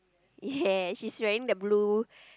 yes she's wearing the blue